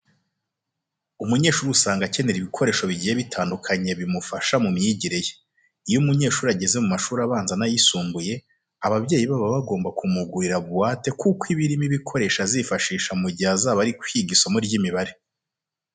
Umunyeshuri usanga akenera ibikoresho bigiye bitandukanye bimufasha mu myigire ye. Iyo umunyeshuri ageze mu mashuri abanza n'ayisumbuye, ababyeyi be baba bagomba kumugurira buwate kuko iba irimo ibikoresho azifashisha mu gihe azaba ari kwiga isomo ry'imibare.